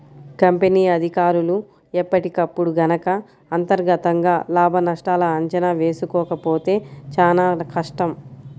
company అధికారులు ఎప్పటికప్పుడు గనక అంతర్గతంగా లాభనష్టాల అంచనా వేసుకోకపోతే చానా కష్టం